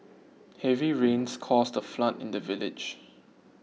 heavy rains caused a flood in the village